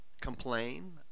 complain